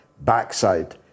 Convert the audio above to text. backside